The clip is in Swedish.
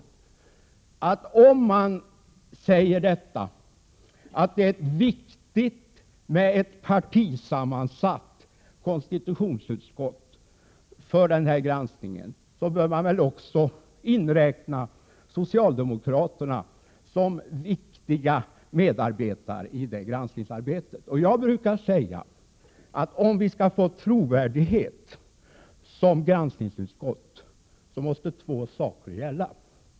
Till Anders Björck vill jag säga att om man anser att det är viktigt med ett partisammansatt konstitutionsutskott för den här granskningen, bör man väl också inräkna socialdemokraterna som viktiga medarbetare i det granskningsarbetet. Om vi skall få trovärdighet som granskningsutskott, måste två förhållanden gälla.